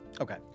Okay